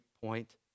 point